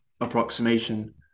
approximation